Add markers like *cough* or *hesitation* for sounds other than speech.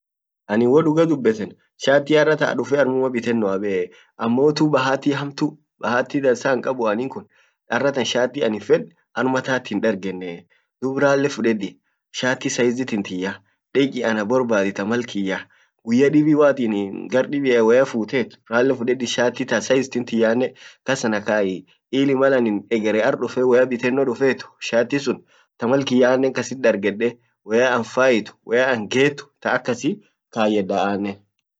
anin wo duga dubeten anin shati aratan dufe armuma bitennoa be *hesitation* ammotu bahati hamtu, bahati dansa hinkabu anin kun aratan shati aninn fed armatant hindargennee dun ralle fudedi shati saizi tintiya deki ana borbadi tamal kiyya guyya dibi malatin gar dibia woya futte rake fudedi shati ta size tintiyyane kas ana kai ili mal anin egere ar dufe bitenno duffet shati sun tamal kiyya annen kasit dargede woya an fait woya an get taakasi kayyeda